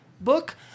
book